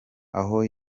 aho